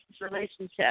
relationship